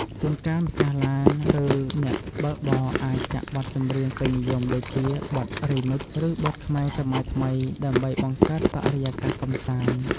ជួនកាលម្ចាស់ឡាន ឬអ្នកបើកបរអាចចាក់បទចម្រៀងពេញនិយមដូចជាបទរីមិច ឬបទខ្មែរសម័យថ្មីដើម្បីបង្កើតបរិយាកាសកម្សាន្ត។